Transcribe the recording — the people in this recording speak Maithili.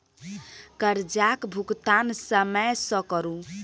करजाक भूगतान समय सँ करु